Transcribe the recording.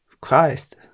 Christ